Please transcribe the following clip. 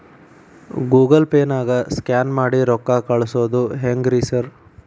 Google ಪೇನಾಗ scan ಮಾಡಿ ರೊಕ್ಕಾ ಕಳ್ಸೊದು ಹೆಂಗ್ರಿ ಸಾರ್?